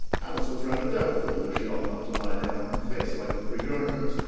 alice was rather doubtful whether she ought not to lie down on her face like the three gardeners,